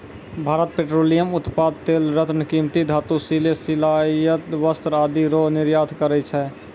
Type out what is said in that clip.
Bharat petroleum उत्पाद तेल रत्न कीमती धातु सिले सिलायल वस्त्र आदि रो निर्यात करै छै